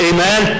Amen